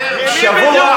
שבוע,